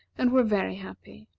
and were very happy.